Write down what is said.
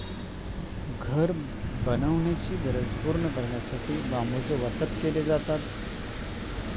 घर बनवण्याची गरज पूर्ण करण्यासाठी बांबूचं वाटप केले जातात